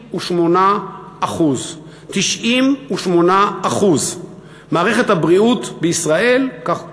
98%. 98%. מערכת הבריאות בישראל, כך נכתב,